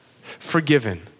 forgiven